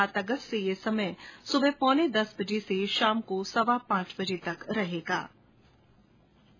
सात अगस्त से ये समय सुबह पोने दस बजे से शाम को सवा पांच बजे तक खुले रहेंगे